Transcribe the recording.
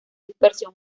dispersión